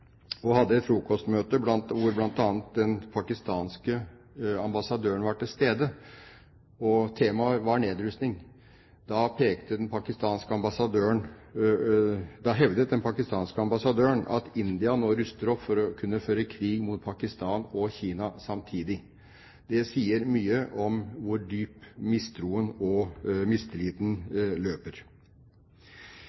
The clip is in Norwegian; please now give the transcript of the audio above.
og hadde et frokostmøte hvor blant andre den pakistanske ambassadøren var til stede og temaet var nedrustning, hevdet den pakistanske ambassadøren at India nå ruster opp for å kunne føre krig mot Pakistan og Kina samtidig. Det sier mye om hvor dypt mistroen og mistilliten